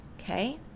Okay